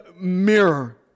mirror